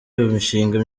imishinga